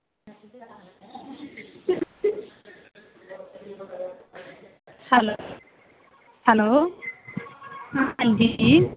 hello अंजी